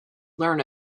learn